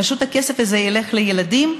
פשוט הכסף הזה ילך לילדים.